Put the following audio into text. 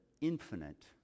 infinite